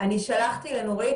אני שלחתי לנורית,